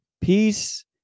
peace